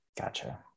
Gotcha